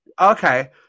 Okay